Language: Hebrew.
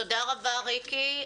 תודה רבה, ריקי.